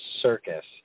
circus